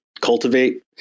cultivate